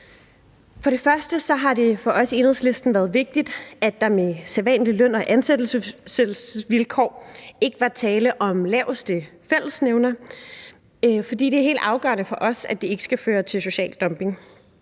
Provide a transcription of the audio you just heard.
frem til. Det har for os i Enhedslisten været vigtigt, at der med hensyn til sædvanlig løn- og ansættelsesvilkår ikke er tale om laveste fællesnævner. Det er helt afgørende for os, at det ikke skal føre til social dumping.